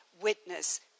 witness